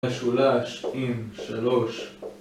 משולש עם שלוש